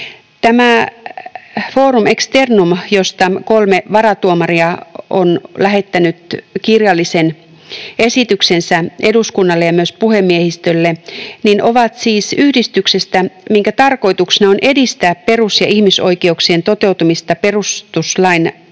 Tämä Forum Externum, josta kolme varatuomaria on lähettänyt kirjallisen esityksensä eduskunnalle ja myös puhemiehistölle, on siis yhdistys, minkä tarkoituksena on edistää perus- ja ihmisoikeuksien toteutumista perustuslain arvosisällön